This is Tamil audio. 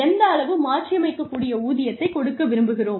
எந்த அளவு மாற்றியமைக்கக்கூடிய ஊதியத்தை கொடுக்க விரும்புகிறோம்